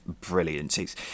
brilliant